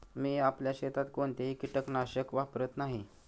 मी आपल्या शेतात कोणतेही कीटकनाशक वापरत नाही